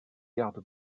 garde